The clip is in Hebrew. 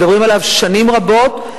מדברים עליו שנים רבות,